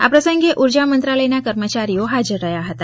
આ પ્રસંગે ઉર્જા મંત્રાલયના કર્મચારીઓ હાજર રહ્યા હતા